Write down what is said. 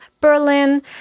Berlin